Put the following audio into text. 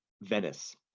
Venice